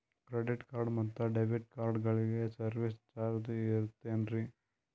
Credit card ಮತ್ತು debit ಕಾರ್ಡಗಳಿಗೆ service charge ಇರುತೇನ್ರಿ?